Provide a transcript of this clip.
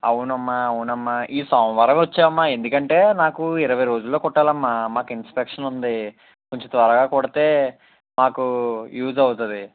అవునమ్మా అవునమ్మా ఈ సోమవారం వచ్చేయి అమ్మా ఎందుకంటే నాకు ఇరవై రోజుల్లో కుట్టాలమ్మా మాకు ఇన్స్పెక్షన్ ఉంది కొంచం త్వరగా కుడితే మాకు యూజ్ అవుతుంది